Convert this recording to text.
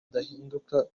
ndahinduka